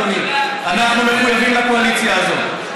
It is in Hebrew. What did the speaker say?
אדוני: אנחנו מחויבים לקואליציה הזאת,